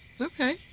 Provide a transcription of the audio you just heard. Okay